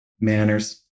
Manners